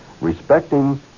respecting